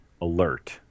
Alert